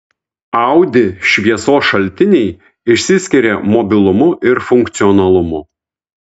audi šviesos šaltiniai išsiskiria mobilumu ir funkcionalumu